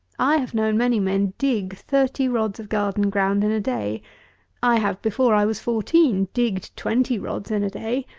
i have known many men dig thirty rods of garden ground in a day i have, before i was fourteen, digged twenty rods in a day,